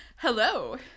hello